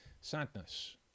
sadness